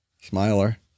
Smiler